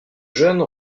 jeune